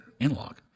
analog